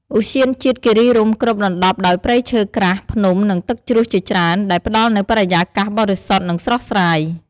ឧទ្យានជាតិគិរីរម្យគ្របដណ្ដប់ដោយព្រៃឈើក្រាស់ ភ្នំ និងទឹកជ្រោះជាច្រើន ដែលផ្ដល់នូវបរិយាកាសបរិសុទ្ធ និងស្រស់ស្រាយ។